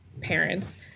parents